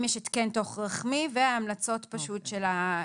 האם יש התקן תוך רחמי, והמלצות של הרופא.